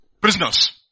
prisoners